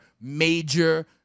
major